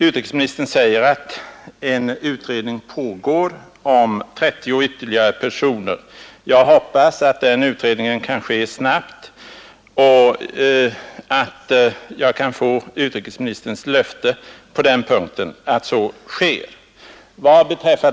Utrikesministern säger att utredning pågår om dessa 30 personer. Jag hoppas att den utredningen kan genomföras snabbt och att jag kan få utrikesministerns löfte att så sker.